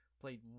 played